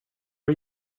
are